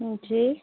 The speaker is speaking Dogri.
हांजी